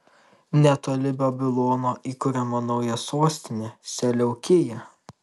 netoli babilono įkuriama nauja sostinė seleukija